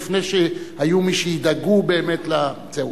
לפני שהיו מי שידאגו באמת לזה.